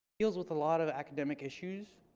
deals with a lot of academic issues.